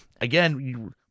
again